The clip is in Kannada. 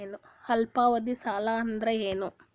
ಅಲ್ಪಾವಧಿ ಸಾಲ ಅಂದ್ರ ಏನು?